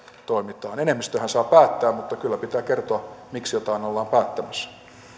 toimitaan enemmistöhän saa päättää mutta kyllä pitää kertoa miksi jotain ollaan päättämässä